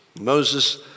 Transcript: Moses